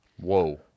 Whoa